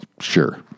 Sure